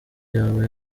yaba